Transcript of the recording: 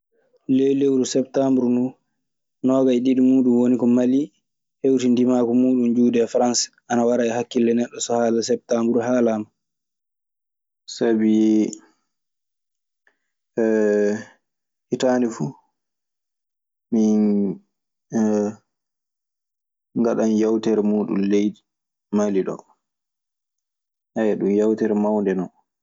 Ley lewru Septambru non, noogayɗiɗi muuɗun woni ko Mali hewti ndimaagu muuɗunjuuɗe Faranse. Ana wara e hakkille neɗɗo so haala septambru haalaama. Sabii hitaande fu, mi ngaɗan yewtere muuɗun leydi Mali ɗoo. Ɗun yewtere mawnde non.